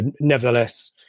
nevertheless